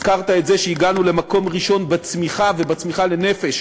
הזכרת את זה שהגענו למקום ראשון בצמיחה ובצמיחה לנפש